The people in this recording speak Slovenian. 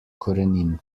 korenin